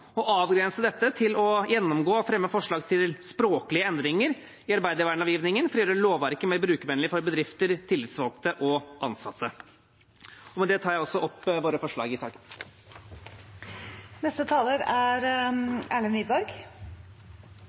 å avgrense dette til å gjennomgå og fremme forslag til språklige endringer i arbeidervernlovgivningen for å gjøre lovverket mer brukervennlig for bedrifter, tillitsvalgte og ansatte. Det at vi skal ha et godt og